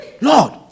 Lord